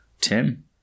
Tim